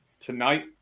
tonight